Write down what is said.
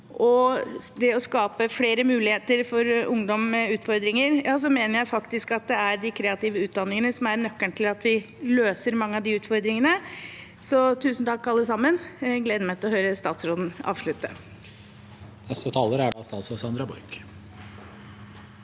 vi må skape flere muligheter for ungdom med utfordringer, mener jeg faktisk at de kreative utdanningene er nøkkelen til å løse mange av de utfordringene. Så tusen takk, alle sammen, og jeg gleder meg til å høre statsråden avslutte.